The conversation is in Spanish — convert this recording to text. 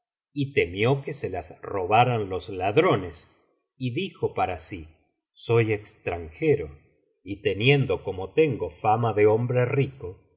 y temió que se las robaían los ladrones y dijo para sí soy extranjero y teniendo como tengo fama de hombre rico